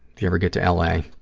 you ever get to l. a.